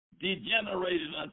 degenerated